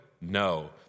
No